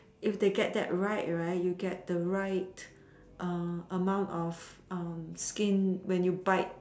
if they get that right right you get the right amount of skin when you bite